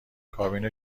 کابین